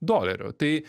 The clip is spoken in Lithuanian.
dolerių tai